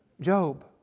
Job